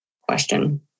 question